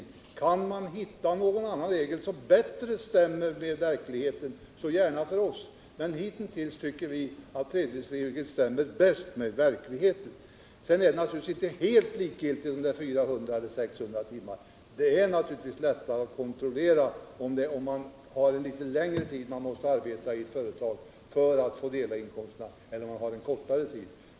Kan man hitta Finansdebatt Finansdebatt någon annan regel som bättre stämmer med verkligheten, så gärna för oss. Men hittills tycker vi att tredjedelsregeln bäst stämmer med verkligheten. Sedan är det naturligtvis inte helt likgiltigt om det är 400 elter 600 timmar. Det är naturligtvis lättare att kontrollera om det är en litet längre tid man måste arbeta i företaget för att få dela inkomsterna än om det är en kortare tid.